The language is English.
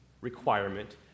requirement